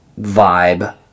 vibe